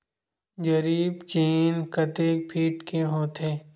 जरीब चेन कतेक फीट के होथे?